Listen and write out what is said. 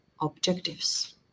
objectives